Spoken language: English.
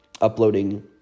uploading